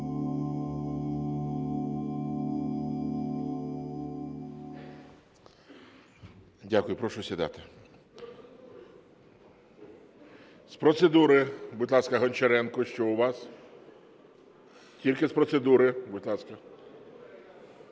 Дякую. Прошу сідати. З процедури, будь ласка, Гончаренко. Що у вас? Тільки з процедури. Будь ласка.